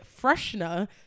freshener